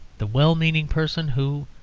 the well-meaning person who,